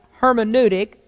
hermeneutic